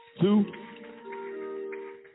Two